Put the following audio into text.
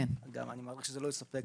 גם אם אני מעריך שזה לא יספק